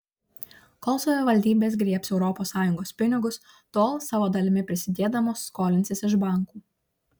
kol savivaldybės griebs europos sąjungos pinigus tol savo dalimi prisidėdamos skolinsis iš bankų